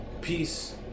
peace